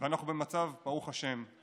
ואנחנו במצב, ברוך השם,